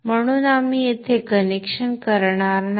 म्हणून आपण येथे कनेक्शन करणार नाही